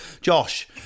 Josh